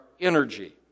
energy